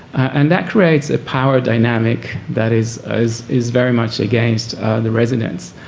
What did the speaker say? and that creates a power dynamic that is is is very much against the residents.